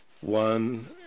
One